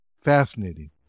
Fascinating